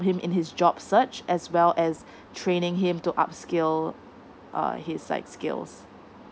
him in his job such as well as training him to upscale err his like skills